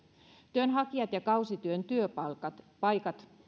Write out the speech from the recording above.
työnhakijat ja kausityön työpaikat työpaikat